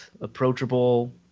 approachable